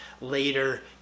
later